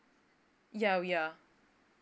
ya we are